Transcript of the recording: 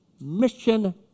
mission